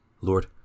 Lord